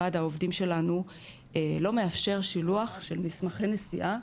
וועד העובדים שלנו לא מאפשר שילוח של מסמכי נסיעה,